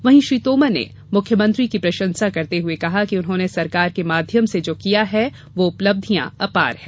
वहीं श्री तोमर ने मुख्यमंत्री की प्रशंसा करते हुए कहा कि उन्होंने सरकार के माध्यम से जो किया है वह उपलब्धियां अपार हैं